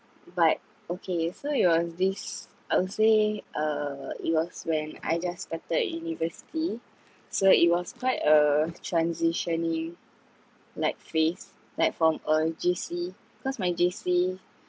but okay so it was this I would say uh it was when I just started university so it was quite a transitioning like phase like from a J_C because my J_C